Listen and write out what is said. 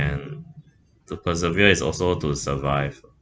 and to persevere is also to survive